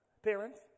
Parents